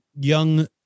young